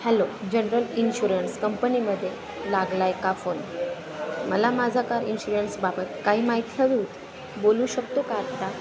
hello general insurance कंपनीमध्ये लागला आहे का फोन मला माझा कार इन्शुरन्सबाबत काही माहीत हवी होती बोलू शकतो का आत्ता